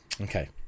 Okay